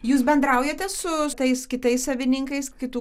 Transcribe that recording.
jūs bendraujate su tais kitais savininkais kitų